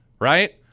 right